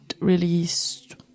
released